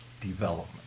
development